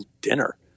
dinner